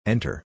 Enter